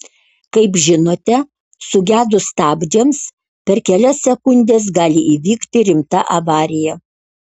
kaip žinote sugedus stabdžiams per kelias sekundes gali įvykti rimta avarija